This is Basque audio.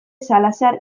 salazar